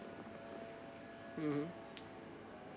mmhmm